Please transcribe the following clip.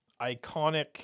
iconic